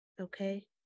Okay